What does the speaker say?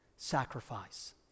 sacrifice